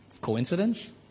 Coincidence